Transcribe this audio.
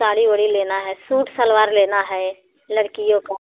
साड़ी उड़ी लेना है सूट सलवार लेना है लड़कियों का